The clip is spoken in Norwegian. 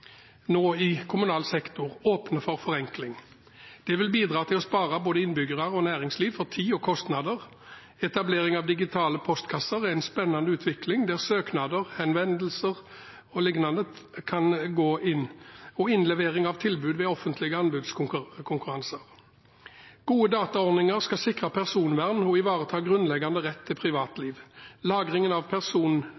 nå åpner for forenkling. Det vil bidra til å spare både innbyggere og næringsliv for tid og kostnader. Etablering av digitale postkasser er en spennende utvikling, der søknader, henvendelser o.l. kan gå inn, likeså levering av tilbud ved offentlige anbudskonkurranser. Gode dataordninger skal sikre personvern og ivareta grunnleggende rett til